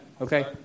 Okay